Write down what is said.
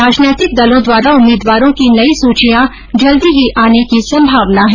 राजनैतिक दलों द्वारा उम्मीदवारों की नई सूचियां जल्दी ही आने की संभावना है